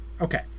Okay